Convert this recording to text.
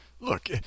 Look